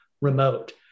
remote